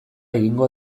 egingo